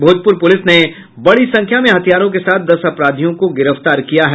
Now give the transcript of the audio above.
Bhojpur police ने बड़ी संख्या में हथियारों के साथ दस अपराधियों को गिरफ्तार किया है